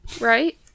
right